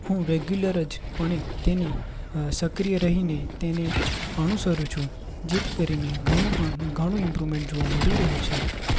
હું રેગ્યુલર જ પણે તેને સક્રિય રહીને તેને અનુસરું છું જેથી કરીને ઘણું પણ ઘણું ઇમ્પ્રુમેન્ટ જોવા મળી રહ્યું છે